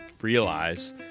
realize